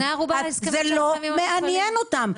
בני ערובה להסכמים --- זה לא מעניין אותם.